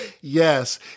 Yes